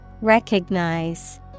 Recognize